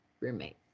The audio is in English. roommate